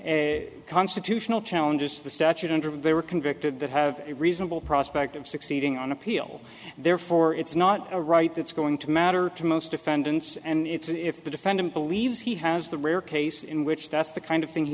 a constitutional challenges to the statute under very convicted that have a reasonable prospect of succeeding on appeal therefore it's not a right that's going to matter to most defendants and it's if the defendant believes he has the rare case in which that's the kind of thing he